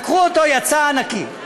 לקחו אותו, יצא נקי.